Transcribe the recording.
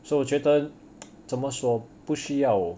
so 我觉得怎么说不需要